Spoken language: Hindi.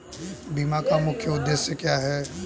बीमा का मुख्य उद्देश्य क्या है?